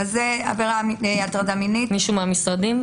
מהמשרדים?